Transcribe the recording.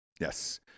Yes